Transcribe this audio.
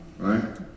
Right